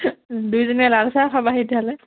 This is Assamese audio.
দুইজনীয়ে লালচাহ খাবাহি তেতিয়াহ'লে